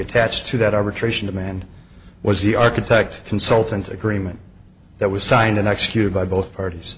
attached to that arbitration demand was the architect consultant agreement that was signed and executed by both parties